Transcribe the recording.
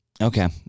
Okay